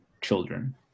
children